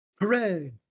Hooray